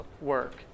work